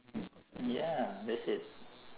ya that's it